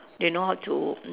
they know how to